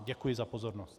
Děkuji za pozornost.